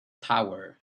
tower